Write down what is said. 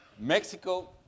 Mexico